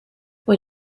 when